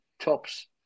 tops